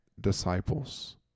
disciples